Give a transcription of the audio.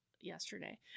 yesterday